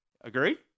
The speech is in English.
Agree